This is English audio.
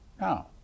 No